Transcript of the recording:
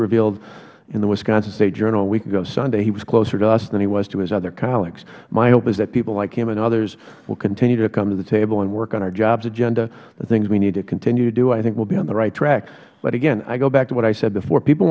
revealed in the wisconsin state journal a week ago sunday he was closer to us than he was to his other colleagues my hope is that people like him and others will continue to come to the table and work on our jobs agenda the things we need to continue to do and i think we will be on the right track but again i go back to what i said before people